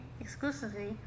exclusively